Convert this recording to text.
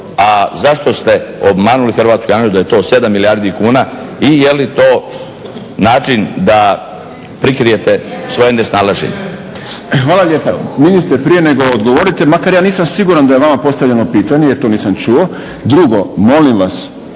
a zašto ste obmanuli hrvatsku javnost da je to 7 milijardi kuna i je li to način da prikrijete svoje nesnalaženje? **Šprem, Boris (SDP)** Hvala lijepa. Ministre prije nego odgovorite, makar ja nisam siguran da je vama postavljeno pitanje jer to nisam čuo. Drugo, molim vas